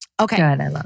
Okay